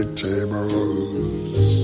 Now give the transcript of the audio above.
tables